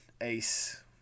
Ace